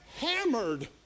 hammered